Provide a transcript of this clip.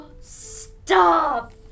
Stop